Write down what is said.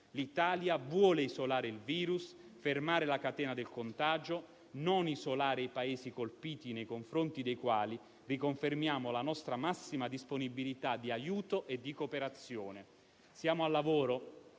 L'Italia vuole isolare il virus, fermare la catena del contagio e non isolare i Paesi colpiti, nei confronti dei quali riconfermiamo la nostra massima disponibilità di aiuto e di cooperazione. Siamo al lavoro